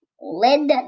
led